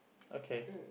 okay